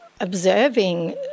Observing